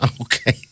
Okay